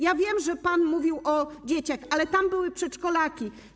Ja wiem, że pan mówił o dzieciach, ale tam były przedszkolaki.